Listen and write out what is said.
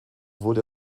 wurde